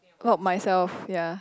lock myself yea